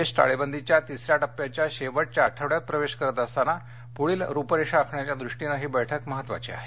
देश टाळेबंदीच्या तिसऱ्या टप्प्याच्या शेवटच्या आठवड्यात प्रवेश करत असताना पुढील रुपरेषा आखण्याच्या दृष्टिने ही बैठक महत्वाची आहे